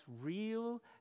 real